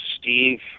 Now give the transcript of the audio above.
Steve